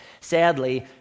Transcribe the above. Sadly